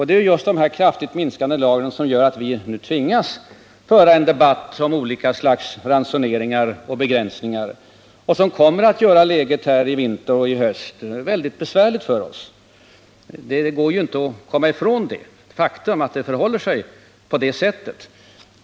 Det är just dessa kraftigt minskade lager som gör att vi nu tvingas föra en debatt om ransoneringar och begränsningar, som kommer att göra läget i höst och i vinter mycket besvärligt för oss. Det går inte att komma ifrån det faktum att det förhåller sig på det sättet.